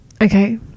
Okay